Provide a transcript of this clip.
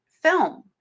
film